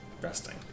resting